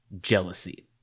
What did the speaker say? Jealousy